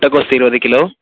முட்டைகோஸ் இருபது கிலோ